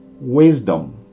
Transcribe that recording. wisdom